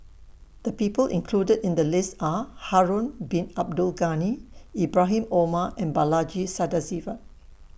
The People included in The list Are Harun Bin Abdul Ghani Ibrahim Omar and Balaji Sadasivan